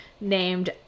named